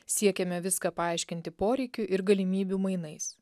siekiame viską paaiškinti poreikių ir galimybių mainais